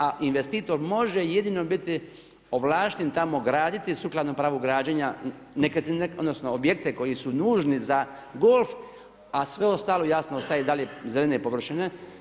A investitor može jedino biti ovlašten, tamo graditi, sukladno pravo građenja nekretnine, odnosno, objekte koji su nužni za golf, a sve ostalo, jasno, ostaje i dalje zelene površine.